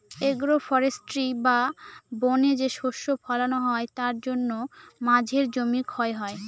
agro forestry বা বনে যে শস্য ফলানো হয় তার জন্য মাঝের জমি ক্ষয় হয়